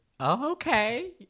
okay